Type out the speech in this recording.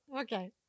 Okay